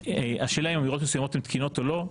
השאלה אם עבירות מסוימות הן תקינות או לא.